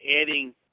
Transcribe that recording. adding